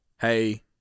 Hey